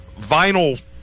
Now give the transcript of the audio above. vinyl